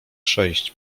sześć